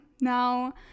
now